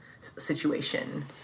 situation